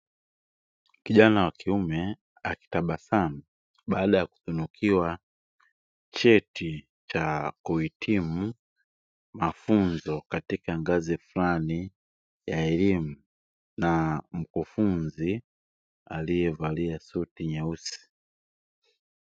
Kijana wa kiume akitabasamu baada ya kutunikiwa cheti cha kuhitimu mafunzo katika ngazi flani ya elimu na mkufunzi aliyevalia suti nyeusi.